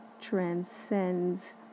transcends